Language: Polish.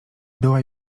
była